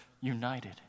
united